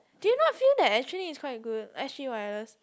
do you not feel that actually it's quite good s_g wireless